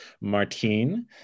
Martin